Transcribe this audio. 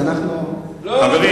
אז אנחנו, לא.